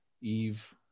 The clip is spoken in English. Eve